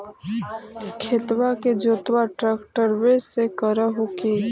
खेत के जोतबा ट्रकटर्बे से कर हू की?